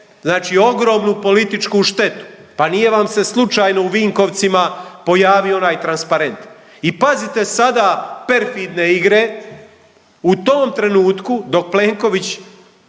znači ogromnu političku štetu, pa nije vam se slučajno u Vinkovcima pojavio onaj transparent. I pazite sada perfidne igre, u tom trenutku dok Plenković